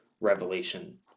revelation